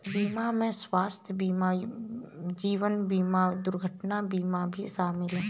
बीमा में स्वास्थय बीमा जीवन बिमा दुर्घटना बीमा भी शामिल है